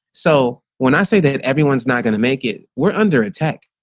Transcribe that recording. so when i say that everyone's not going to make it, we're under attack.